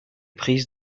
prise